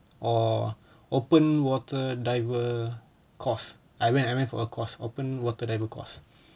or open water diver course I went I went for a course open water diver course